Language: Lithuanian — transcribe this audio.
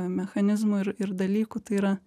mechanizmų ir ir dalykų tai yra